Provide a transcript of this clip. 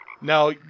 now